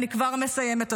אני כבר מסיימת,